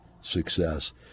success